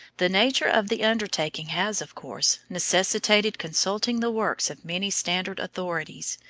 the nature of the undertaking has, of course, necessitated consulting the works of many standard authorities,